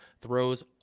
throws